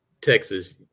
Texas